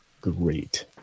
great